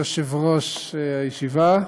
ליושב-ראש הישיבה,